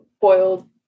boiled